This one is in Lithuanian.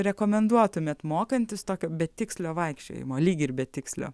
rekomenduotumėt mokantis tokio betikslio vaikščiojimo lyg ir betikslio